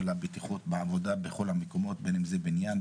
הבטיחות בעבודה בכל המקומות - אם זה בניין,